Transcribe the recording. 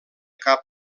cap